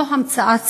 זו המצאה ציונית.